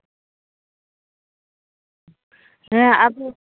ᱦᱮᱸ ᱟᱫᱚ